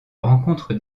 rencontre